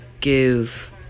give